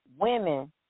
women